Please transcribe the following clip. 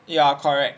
ya correct